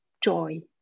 joy